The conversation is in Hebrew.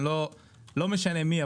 לא משנה מי,